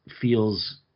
feels